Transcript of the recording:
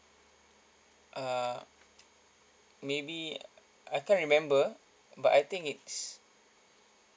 uh maybe I can't remember but I think it's